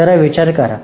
जरा विचार करा